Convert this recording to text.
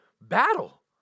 battle